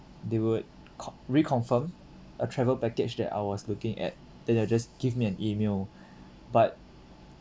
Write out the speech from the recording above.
they would co~ reconfirm a travel package that I was looking at then they'll just give me an email but